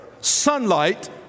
sunlight